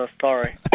Sorry